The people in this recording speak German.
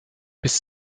bis